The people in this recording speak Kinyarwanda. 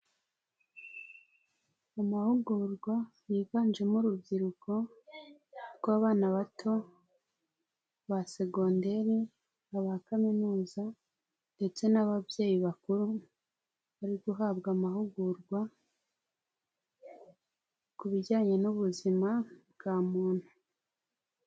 Amahugurwa yiganjemo urubyiruko rw'abana bato ba segoderi na ba kaminuza ndetse n'ababyeyi bakuru bari guhabwa amahugurwa ku bijyanye n'ubuzima bwa muntu.